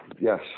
yes